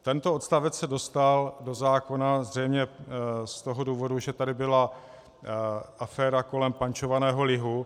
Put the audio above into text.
Tento odstavec se dostal do zákona zřejmě z toho důvodu, že tady byla aféra kolem pančovaného lihu.